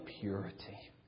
purity